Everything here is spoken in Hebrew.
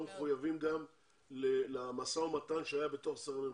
מחויבים למשא ומתן שהיה בתוך משרדי הממשלה.